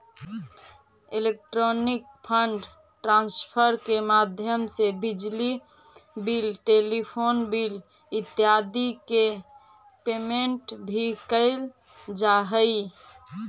electronic fund transfer के माध्यम से बिजली बिल टेलीफोन बिल इत्यादि के पेमेंट भी कैल जा हइ